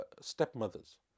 stepmothers